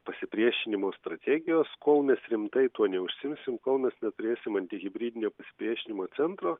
pasipriešinimo strategijos kol mes rimtai tuo neužsiimsim kol mes neturėsim antihibridinio pasipriešinimo centro